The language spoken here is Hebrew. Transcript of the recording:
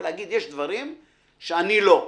ולהגיד: "יש דברים שאני לא".